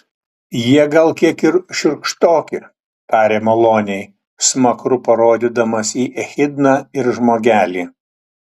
jie gal kiek ir šiurkštoki tarė maloniai smakru parodydamas į echidną ir žmogelį